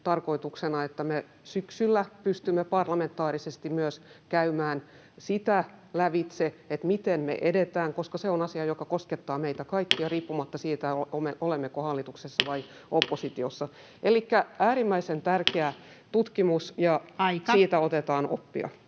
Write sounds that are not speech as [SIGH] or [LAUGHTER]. tarkoituksena, että me syksyllä pystymme myös parlamentaarisesti käymään lävitse sitä, miten me edetään, koska se on asia, joka koskettaa meitä kaikkia [NOISE] riippumatta siitä, olemmeko hallituksessa vai oppositiossa. [NOISE] Elikkä äärimmäisen tärkeä tutkimus, [Puhemies: Aika!] ja siitä otetaan oppia.